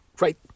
right